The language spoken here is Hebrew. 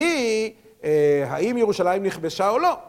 היא האם ירושלים נכבשה או לא.